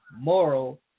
moral